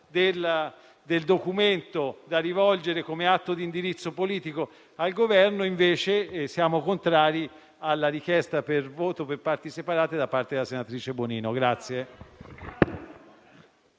del documento, da rivolgere come atto di indirizzo politico al Governo, siamo invece contrari alla richiesta di voto per parti separate avanzata dalla senatrice Bonino.